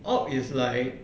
orc is like